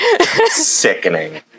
Sickening